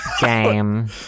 Game